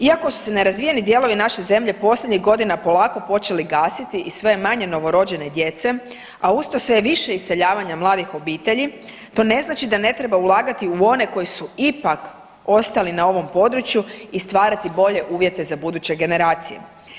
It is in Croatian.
Iako su se nerazvijeni dijelovi naše zemlje posljednjih godina polako počeli gasiti i sve je manje novorođene djece, a uz to sve je više iseljavanja mladih obitelji, to ne znači da ne treba ulagati u one koji su ipak ostali na ovom području i stvarati bolje uvjete za buduće generacije.